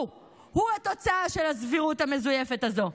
הוא-הוא התוצאה של הסבירות המזויפת הזו.